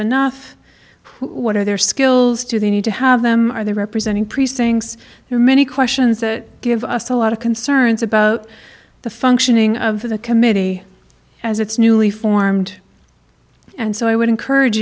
enough what are their skills do they need to have them are there representing precincts there are many questions that give us a lot of concerns about the functioning of the committee as it's newly formed and so i would encourage